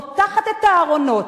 פותחת את הארונות,